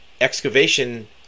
excavation